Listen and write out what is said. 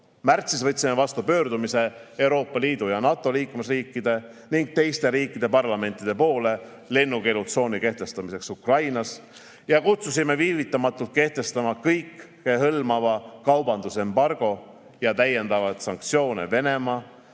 Märtsis võtsime vastu pöördumise Euroopa Liidu ja NATO liikmesriikide ning teiste riikide parlamentide poole lennukeelutsooni kehtestamiseks Ukrainas. Kutsusime viivitamatult kehtestama kõikehõlmava kaubandusembargo ning täiendavaid sanktsioone Venemaa